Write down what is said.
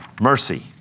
mercy